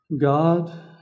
God